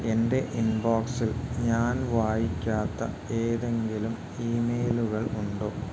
എന്റെ ഇൻബോക്സിൽ ഞാൻ വായിക്കാത്ത ഏതെങ്കിലും ഇമെയിലുകൾ ഉണ്ടോ